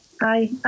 Hi